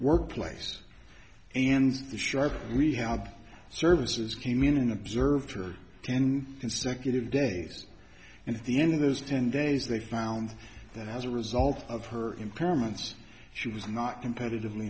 workplace and sharp we had services came in and observed her ten consecutive days and at the end of those ten days they found that as a result of her impairments she was not competitively